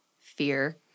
fear